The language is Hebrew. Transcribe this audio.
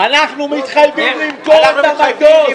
אנחנו מתחייבים למכור את המטוס.